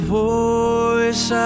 voice